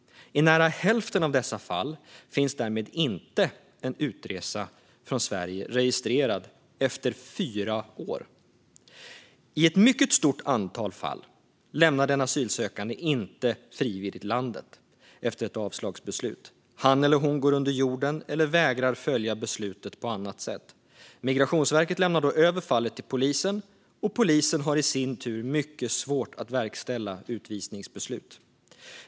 I nära hälften av dessa fall fanns därmed inte en utresa från Sverige registrerad efter fyra år. I ett mycket stort antal fall lämnar den asylsökande inte frivilligt landet efter ett avslagsbeslut. Han eller hon går under jorden eller vägrar på annat sätt att följa beslutet. Migrationsverket lämnar då över fallet till polisen. Polisen har i sin tur mycket svårt att verkställa utvisningsbeslut.